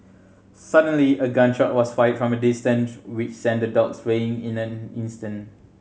suddenly a gun shot was fired from a distance which sent the dogs fleeing in an instant